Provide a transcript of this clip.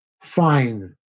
fine